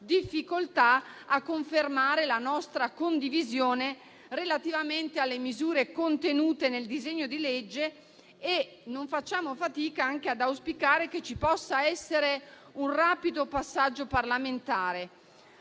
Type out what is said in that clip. difficoltà a confermare la nostra condivisione relativamente alle misure contenute nel disegno di legge e non facciamo fatica ad auspicare che ci possa essere un rapido passaggio parlamentare.